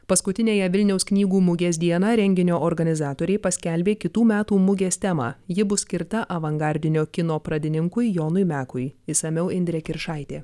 paskutiniąją vilniaus knygų mugės dieną renginio organizatoriai paskelbė kitų metų mugės temą ji bus skirta avangardinio kino pradininkui jonui mekui išsamiau indrė kiršaitė